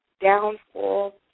Downfall